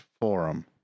forum